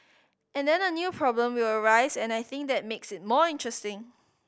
and then a new problem will arise and I think that makes it more interesting